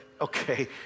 okay